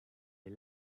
est